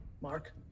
Mark